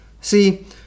See